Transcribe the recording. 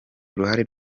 uruhare